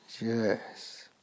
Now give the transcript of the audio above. Yes